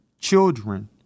children